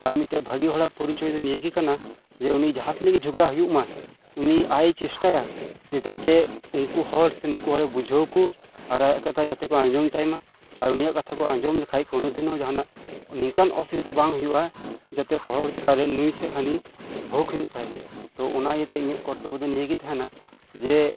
ᱟᱨ ᱢᱤᱫ ᱴᱮᱱ ᱵᱷᱟᱜᱮ ᱦᱚᱲᱟᱜ ᱯᱚᱨᱤᱪᱚᱭ ᱫᱚ ᱱᱤᱭᱟᱹᱜᱮ ᱠᱟᱱᱟ ᱡᱮ ᱩᱱᱤ ᱡᱟᱦᱟᱸᱛᱤᱱᱟᱹᱜ ᱜᱮ ᱡᱷᱟᱜᱽᱲᱟ ᱦᱳᱭᱳᱜ ᱢᱟ ᱩᱱᱤ ᱟᱡ ᱮ ᱪᱮᱥᱴᱟᱭᱟ ᱡᱮ ᱡᱟᱛᱮ ᱩᱝᱠᱩ ᱦᱚᱲ ᱥᱮ ᱱᱩᱠᱩ ᱦᱚᱲᱮ ᱵᱩᱡᱷᱟᱹᱣ ᱠᱚ ᱟᱨ ᱟᱭᱟᱜ ᱠᱟᱛᱷᱟ ᱡᱟᱛᱮ ᱠᱚ ᱟᱸᱡᱚᱢ ᱛᱟᱭ ᱢᱟ ᱟᱨ ᱩᱱᱤᱭᱟᱜ ᱠᱟᱛᱷᱟ ᱠᱚ ᱟᱸᱡᱚᱢ ᱞᱮᱠᱷᱟᱱ ᱠᱳᱱᱳ ᱫᱤᱱ ᱦᱚᱸ ᱡᱟᱦᱟᱱᱟᱜ ᱱᱤᱝᱠᱟᱱ ᱚᱥᱵᱤᱫᱟ ᱵᱟᱝ ᱦᱳᱭᱳᱜᱼᱟ ᱡᱟᱛᱮ ᱯᱚᱨᱚᱵᱚᱨᱛᱤᱠᱟᱞ ᱨᱮ ᱱᱩᱭ ᱥᱮ ᱦᱟᱱᱤ ᱵᱷᱳᱜᱽ ᱦᱳᱭᱳᱜ ᱛᱟᱭ ᱛᱚ ᱚᱱᱟ ᱤᱭᱟᱹᱛᱮ ᱤᱧᱟᱹᱜ ᱠᱚᱨᱛᱚᱵᱽᱵᱚ ᱫᱚ ᱱᱤᱭᱟᱹᱜᱮ ᱛᱟᱦᱮᱱᱟ ᱡᱮ